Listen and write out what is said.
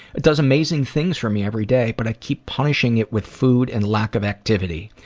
it does amazing things for me every day but i keep punishing it with food and lack of activity.